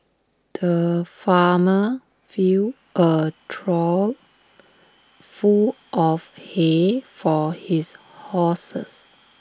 the farmer filled A trough full of hay for his horses